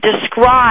describe